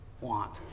want